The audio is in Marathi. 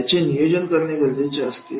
याचे नियोजन करणे गरजेचे असते